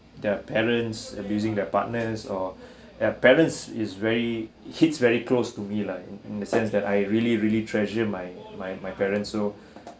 their parents abusing their partners or ya parents is very hits very close to me lah in in the sense that I really really treasure my my my parents so